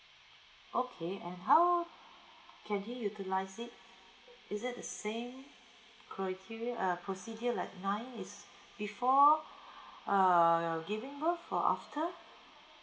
okay and how can he utilise it is it the same criteria uh procedure like mine is before err giving birth or after